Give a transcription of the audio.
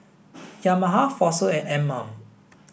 Yamaha Fossil and Anmum